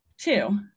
two